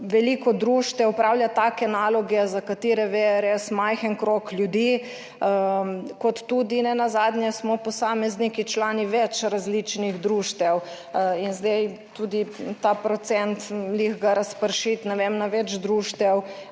Veliko društev opravlja take naloge, za katere ve res majhen krog ljudi kot tudi nenazadnje smo posamezniki člani več različnih društev. In zdaj tudi ta procent "glih" ga razpršiti, ne vem, na več društev,